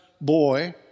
boy